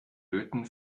löten